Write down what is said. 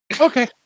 Okay